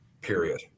Period